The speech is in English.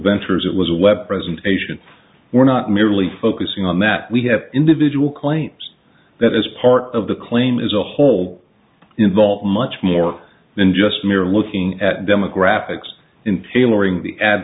ventures it was web presentation we're not merely focusing on that we have individual claims that is part of the claim is a whole involved much more than just mere looking at demographics in tailoring the ad